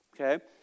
Okay